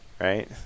right